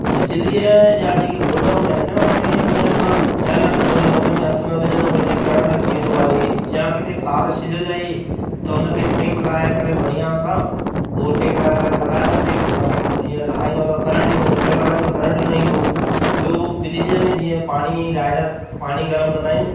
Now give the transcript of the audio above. बिजलीअ जा जेके बोर्ड हूंदा आहिनि न उनमें जीअं ॿ ठहियल आहिनि होल हुनमें हथ न विझिणो घुरिजे करंट अची वेंदो आहे जा किथे तार छिलयल आहे त हुनखे टेप लॻाए करे बढ़िया सां उहो टेप लॻाए करे लॻायोसि टेप हुनखे पोइ जीअं लॻाईंदव त करंट ईंदो हुन टेप लॻाईंदव त करंट न ईंदो ॿियो बिजलीअ में जीअं पाणी जी राड पाणी गरम कंदा आहियूं